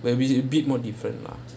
we are a bit more different lah